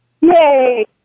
Yay